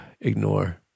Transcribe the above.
ignore